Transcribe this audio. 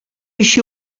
així